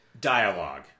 Dialogue